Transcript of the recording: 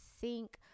sink